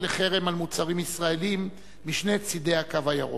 לחרם על מוצרים ישראליים משני צדי "הקו הירוק".